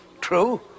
True